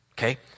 okay